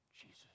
Jesus